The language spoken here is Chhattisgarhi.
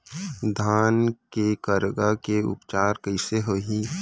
धान के करगा के उपचार कइसे होही?